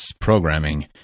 programming